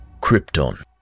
Krypton